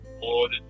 Lord